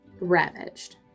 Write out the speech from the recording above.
ravaged